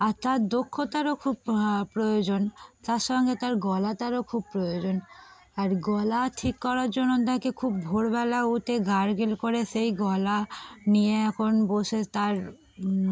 আর তার দক্ষতারও খুব প্রয়োজন তার সঙ্গে তার গলা তারও খুব প্রয়োজন আর গলা ঠিক করার জন্য তাকে খুব ভোরবেলা উঠে গারগেল করে সেই গলা নিয়ে এখন বসে তার